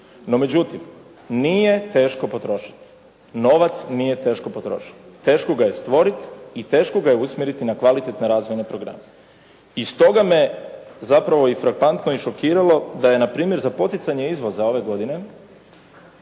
No međutim, nije teško potrošiti. Novac nije teško potrošiti. Teško ga je stvoriti i teško ga je usmjeriti na kvalitetno razvojne programe i stoga me zapravo …/Govornik se ne razumije./… i šokiralo da je npr. za poticanje izvoza ove godine